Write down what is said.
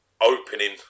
opening